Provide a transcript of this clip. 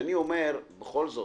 כשאני אומר שבכל זאת